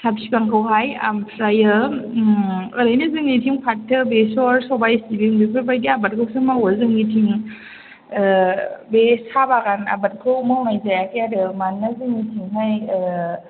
साहा फिफांखौहाय आमफ्रायो ओरैनो जोंनिथिं फाथो बेसर सबाय सिबिं बेफोरबादि आबादखौसो मावो जोंनिथिं बे साहा बागान आबादखौ मावनाय जायाखै आरो मानोना जोंनिथिंहाय